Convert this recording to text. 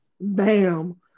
Bam